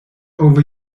over